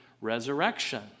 resurrection